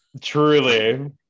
Truly